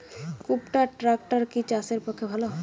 কুবটার ট্রাকটার কি চাষের পক্ষে ভালো?